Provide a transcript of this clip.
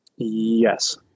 Yes